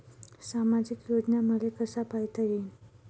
सामाजिक योजना मले कसा पायता येईन?